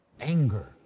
anger